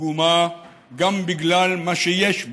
פגומה גם בגלל מה שיש בה.